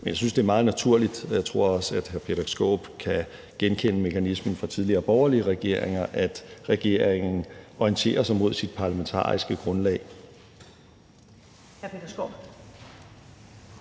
Men jeg synes, det er meget naturligt – og jeg tror også, at hr. Peter Skaarup kan genkende mekanismen fra tidligere borgerlige regeringer – at regeringen orienterer sig mod sit parlamentariske grundlag.